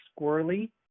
squirrely